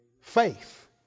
Faith